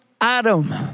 Adam